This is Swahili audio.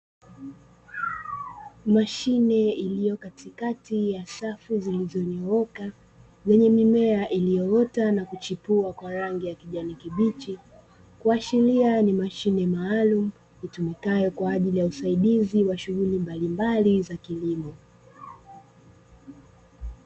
Mashine iliyo katikati ya safu zilizonyooka yenye mimea iliyoota na kuchipua kwa rangi ya kijani kibichi, kuashiria ni mashine maalumu itumikayo kwa ajili ya usaidizi wa shughuli mbalimbali za kilimo.